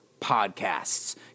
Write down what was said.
podcasts